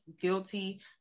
guilty